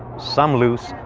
some lose,